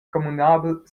communabel